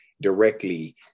directly